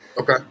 Okay